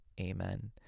Amen